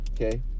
okay